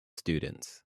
students